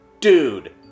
dude